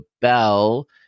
bell